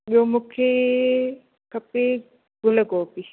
ॿियो मूंखे खपे गुल गोभी